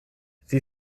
sie